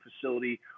facility